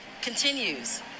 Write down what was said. continues